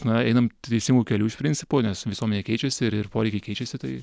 na einam teisingu keliu iš principo nes visuomenė keičiasi ir ir poreikiai keičiasi tai